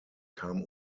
kam